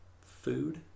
Food